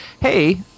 Hey